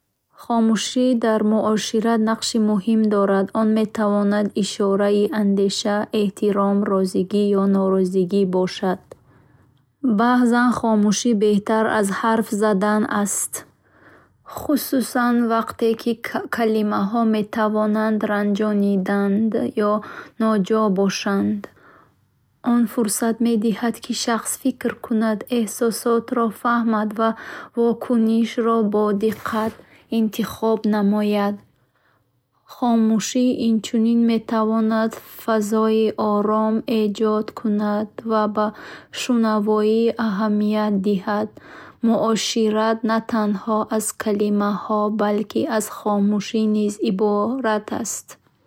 Хомӯшӣ дар муошират нақши муҳим дорад. Он метавонад ишораи андеша, эҳтиром, розигӣ ё норозигӣ бошад. Баъзан хомӯшӣ беҳтар аз ҳарф аст, хусусан вақте ки калимаҳо метавонанд ранҷонанд ё ноҷо бошанд. Он фурсат медиҳад, ки шахс фикр кунад, эҳсосотро фаҳмад ва вокунишро бодиққат интихоб намояд. Хомӯшӣ инчунин метавонад фазои ором эҷод кунад ва ба шунавоӣ аҳамият диҳад. Муошират на танҳо аз калимаҳо, балки аз хомӯшӣ низ иборат аст.